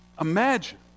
Imagine